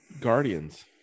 guardians